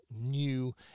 new